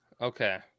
Okay